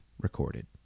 recorded